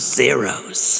zeros